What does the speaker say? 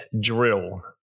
drill